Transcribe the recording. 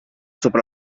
sopra